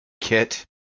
Kit